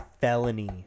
felony